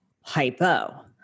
hypo